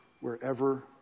wherever